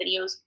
videos